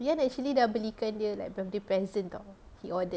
ian actually dah beli kan dia like birthday present [tau] he ordered